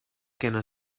gonna